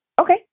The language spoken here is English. Okay